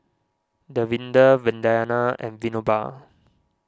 Davinder Vandana and Vinoba